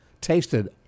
tasted